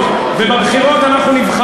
שכנות טובה בינינו לבין